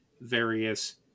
various